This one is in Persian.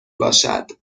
باشد